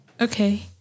Okay